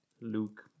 Luke